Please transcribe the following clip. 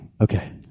Okay